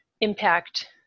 impact